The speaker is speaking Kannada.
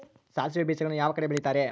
ಸಾಸಿವೆ ಬೇಜಗಳನ್ನ ಯಾವ ಕಡೆ ಬೆಳಿತಾರೆ?